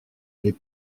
les